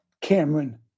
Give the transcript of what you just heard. Cameron